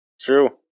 True